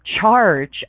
charge